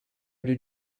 did